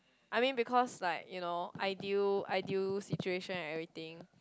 I mean because like you know ideal ideal situation and everything